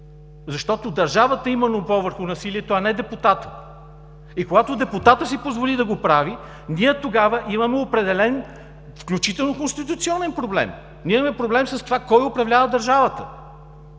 защото държавата има монопол върху насилието, а не депутатът. И когато депутатът си позволи да го прави, ние тогава имаме определен, включително конституционен проблем. Имаме проблем с това кой управлява държавата